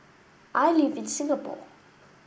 I live in Singapore